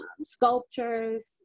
sculptures